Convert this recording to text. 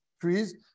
trees